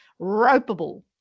ropeable